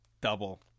double